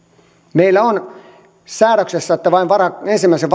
meillä on säädöksessä että vain ensimmäisenä